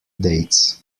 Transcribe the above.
dates